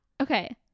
okay